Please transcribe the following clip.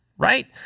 Right